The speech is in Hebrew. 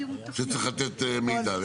שצריך לתת מידע.